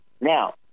Now